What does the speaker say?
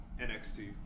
NXT